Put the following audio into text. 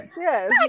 yes